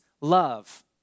love